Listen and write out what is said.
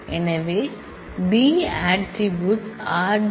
எனவே B attributes r